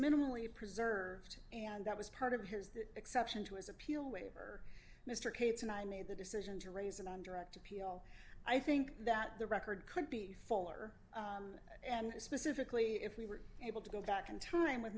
minimally preserved and that was part of here's the exception to his appeal waiver mr cates and i made the decision to raise it on direct appeal i think that the record could be fuller and specifically if we were able to go back in time with